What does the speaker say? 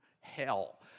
hell